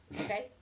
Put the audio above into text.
Okay